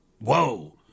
whoa